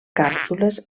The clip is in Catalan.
càpsules